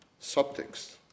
subtext